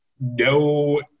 no